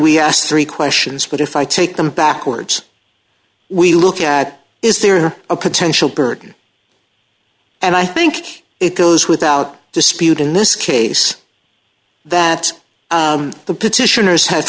we asked three questions but if i take them backwards we look at is there a potential burden and i think it goes without dispute in this case that the petitioners have